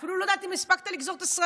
אני אפילו לא יודעת אם הספקת לגזור את הסרטים